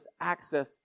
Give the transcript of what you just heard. access